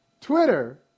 Twitter